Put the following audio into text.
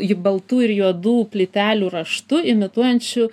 ji baltų ir juodų plytelių raštu imituojančiu